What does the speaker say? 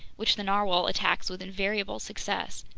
which the narwhale attacks with invariable success.